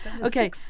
Okay